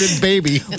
Baby